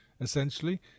essentially